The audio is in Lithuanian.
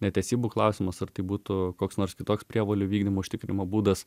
netesybų klausimas ar tai būtų koks nors kitoks prievolių įvykdymo užtikrinimo būdas